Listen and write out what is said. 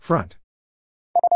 Front